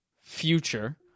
future